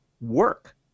work